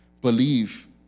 believe